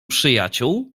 przyjaciół